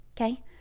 okay